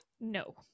No